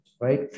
Right